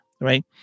Right